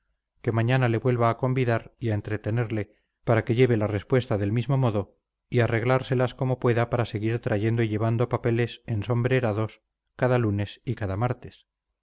que mañana le vuelva a convidar y a entretenerle para que lleve la respuesta del mismo modo y arreglárselas como pueda para seguir trayendo y llevando papeles ensombrerados cada lunes y cada martes